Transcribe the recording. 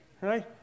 right